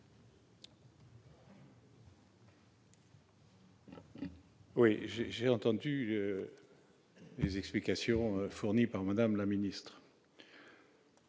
vote. J'ai entendu les explications fournies par Mme la ministre.